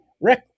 Rick